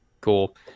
cool